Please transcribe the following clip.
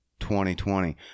2020